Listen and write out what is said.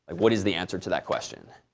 what is the answer to that question?